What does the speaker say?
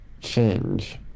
change